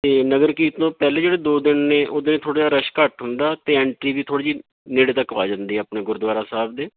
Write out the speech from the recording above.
ਅਤੇ ਨਗਰ ਕੀਰਤਨ ਤੋਂ ਪਹਿਲੇ ਜਿਹੜੇ ਦੋ ਦਿਨ ਨੇ ਉਹਦੇ ਥੋੜ੍ਹਾ ਜਿਹਾ ਰਸ਼ ਘੱਟ ਹੁੰਦਾ ਅਤੇ ਐਂਟਰੀ ਵੀ ਥੋੜ੍ਹੀ ਜਿਹੀ ਨੇੜੇ ਤੱਕ ਆ ਜਾਂਦੀ ਆ ਆਪਣੇ ਗੁਰਦੁਆਰਾ ਸਾਹਿਬ ਦੇ